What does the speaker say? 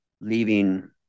leaving